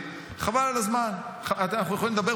גם מי שלא לומד, אסור לו להתגייס.